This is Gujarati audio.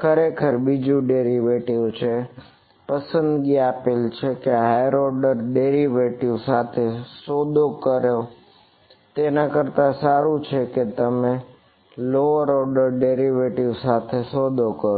ખરેખર બીજું ડેરિવેટિવ સાથે સોદો કરો